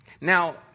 Now